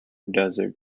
desert